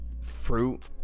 fruit